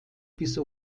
bis